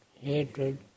hatred